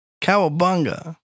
Cowabunga